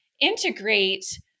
integrate